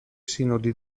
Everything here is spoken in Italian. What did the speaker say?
sinodi